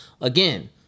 Again